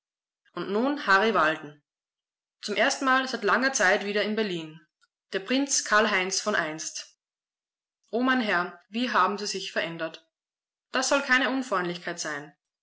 und nun harry walden zum erstenmal seit langer zeit wieder in berlin der prinz karl-heinz von einst o mein herr wie haben sie sich verändert das soll keine unfreundlichkeit sein